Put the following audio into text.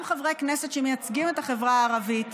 חברי כנסת שמייצגים את החברה הערבית,